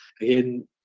again